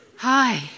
Hi